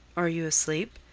are you asleep?